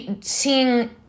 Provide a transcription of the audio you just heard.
seeing